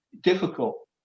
difficult